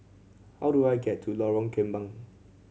how do I get to Lorong Kembang